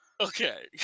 okay